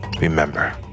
Remember